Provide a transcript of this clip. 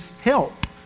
help